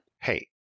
Hey